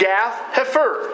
Gath-Hefer